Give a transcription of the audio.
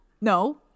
No